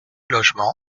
logement